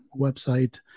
website